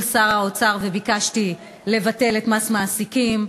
שר האוצר וביקשתי לבטל את מס המעסיקים.